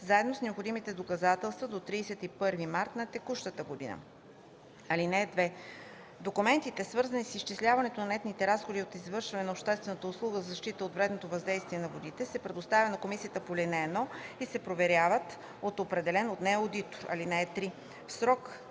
заедно с необходимите доказателства до 31 март на текущата година. (2) Документите, свързани с изчисляването на нетните разходи от извършване на обществената услуга за защита от вредното въздействие на водите, се предоставят на комисията по ал. 1 и се проверяват от определен от нея одитор. (3) В срок